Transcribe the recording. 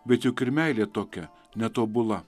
bet juk ir meilė tokia netobula